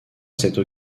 cette